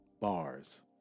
Bars